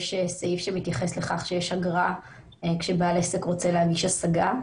יש אגרה כאשר בעל עסק רוצה להגיש השגה.